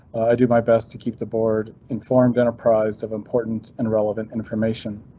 i do my best to keep the board informed, enterprise of important and relevant information.